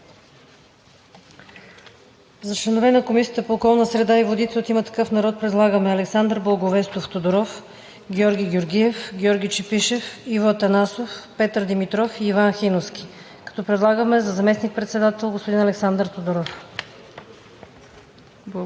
за членове на Комисията по околната среда и водите предлагаме Александър Благовестов Тодоров, Георги Георгиев, Георги Чепишев, Иво Атанасов, Петър Димитров и Иван Хиновски, като предлагаме за заместник-председател господин Александър Тодоров.